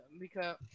because-